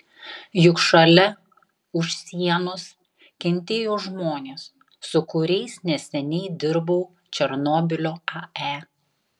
juk šalia už sienos kentėjo žmonės su kuriais neseniai dirbau černobylio ae